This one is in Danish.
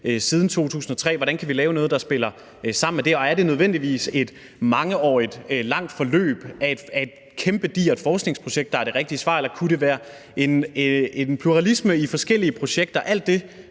siden 2003. Hvordan kan vi lave noget, der spiller sammen med det, og er det nødvendigvis et mangeårigt, langt forløb af et kæmpe digert forskningsprojekt, der er det rigtige svar, eller kunne det være en pluralisme i forskellige projekter? Alt det